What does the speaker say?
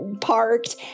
parked